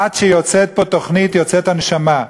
עד שיוצאת פה תוכנית יוצאת הנשמה.